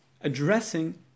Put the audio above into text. addressing